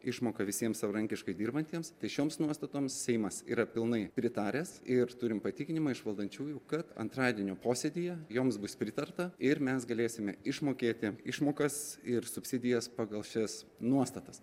išmoka visiems savarankiškai dirbantiems tai šioms nuostatoms seimas yra pilnai pritaręs ir turim patikinimą iš valdančiųjų kad antradienio posėdyje joms bus pritarta ir mes galėsime išmokėti išmokas ir subsidijas pagal šias nuostatas